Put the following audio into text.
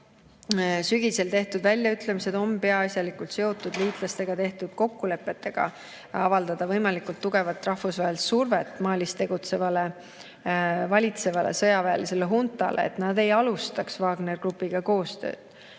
sügisel tehtud väljaütlemised on peaasjalikult seotud liitlastega tehtud kokkulepetega avaldada võimalikult tugevat rahvusvahelist survet Malis tegutsevale, valitsevale sõjaväelisele huntale, et nad ei alustaks Wagneri grupiga koostööd.